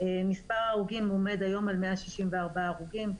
שמספר ההרוגים עומד היום על 164 הרוגים,